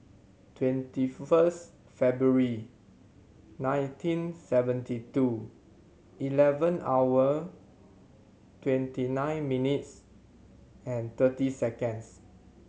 twenty first February nineteen seventy two eleven hour twenty nine minutes and thirty seconds